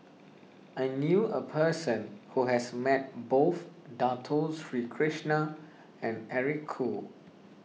I knew a person who has met both Dato Sri Krishna and Eric Khoo